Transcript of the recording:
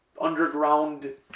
underground